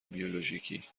بیولوژیکی